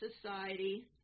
Society